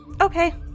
Okay